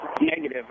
Negative